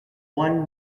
one